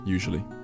Usually